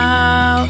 Now